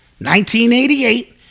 1988